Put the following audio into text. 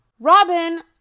Robin